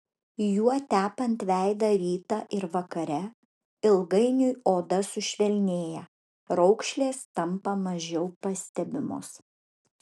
juo tepant veidą rytą ir vakare ilgainiui oda sušvelnėja raukšlės tampa mažiau pastebimos